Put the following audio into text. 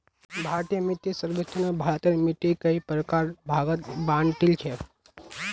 भारतीय मिट्टीक सर्वेक्षणत भारतेर मिट्टिक कई प्रकार आर भागत बांटील छे